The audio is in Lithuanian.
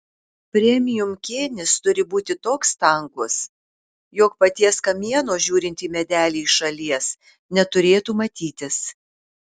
premium kėnis turi būti toks tankus jog paties kamieno žiūrint į medelį iš šalies neturėtų matytis